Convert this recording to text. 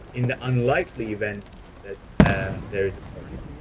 in the unlikely event that ah there is a problem?